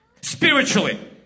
spiritually